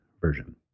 version